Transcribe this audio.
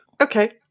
Okay